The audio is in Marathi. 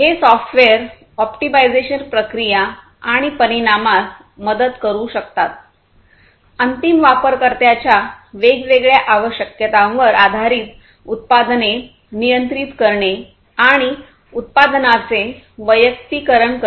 हे सॉफ्टवेअर ऑप्टिमायझेशन प्रक्रिया आणि परिणामास मदत करू शकतात अंतिम वापरकर्त्याच्या वेगवेगळ्या आवश्यकतांवर आधारित उत्पादने नियंत्रित करणे आणि उत्पादनांचे वैयक्तिकरण करणे